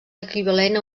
equivalent